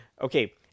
Okay